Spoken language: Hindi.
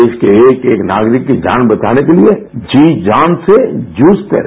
देश के एक एक नागरिक की जान बचाने के लिए जी जान से जूझते रहे